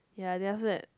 ya then after that